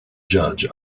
judge